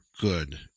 good